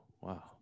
wow